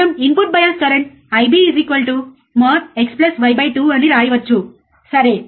మనం input bias current IB x y 2 mode అని రాయవచ్చుసరే